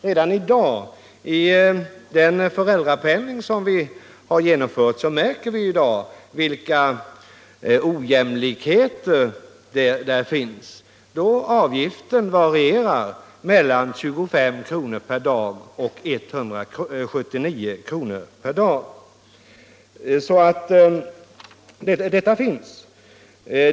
Redan i dag mär ker vi vilka ojämlikheter som finns i föräldrapenningen, som varierar mellan 25 och 179 kr. per dag.